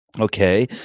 Okay